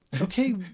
okay